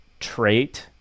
Trait